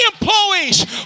employees